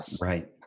right